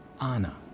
Anna